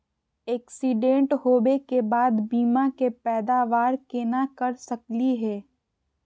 Accident होवे के बाद बीमा के पैदावार केना कर सकली हे?